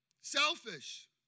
selfish